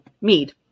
Mead